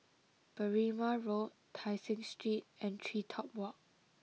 Berrima Road Tai Seng Street and TreeTop Walk